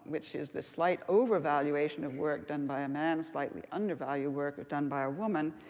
which is this slight overvaluation of work done by a man, slightly undervalued work done by a woman.